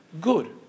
good